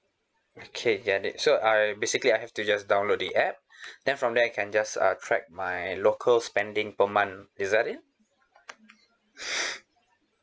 okay get it so I basically I have to just download the app then from there I can just uh track my local spending per month is that it